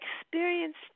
experienced